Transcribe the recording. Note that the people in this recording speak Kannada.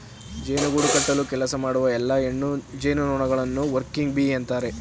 ಜೇನು ಗೂಡು ಕಟ್ಟಲು ಕೆಲಸ ಮಾಡುವ ಎಲ್ಲಾ ಹೆಣ್ಣು ಜೇನುನೊಣಗಳನ್ನು ವರ್ಕಿಂಗ್ ಬೀ ಅಂತರೆ